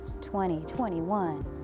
2021